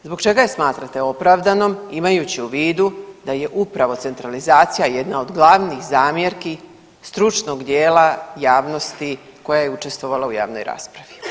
Zbog čega je smatrate opravdanom imajući u vidu da je upravo centralizacija jedna od glavnih zamjerki stručnog dijela javnosti koja je učestvovala u javnoj raspravi.